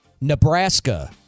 Nebraska